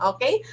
Okay